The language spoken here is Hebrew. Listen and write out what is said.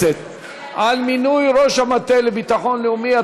פיקוח הכנסת על מינוי ראש המטה לביטחון לאומי),